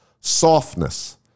softness